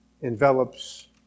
envelops